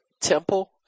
temple